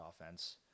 offense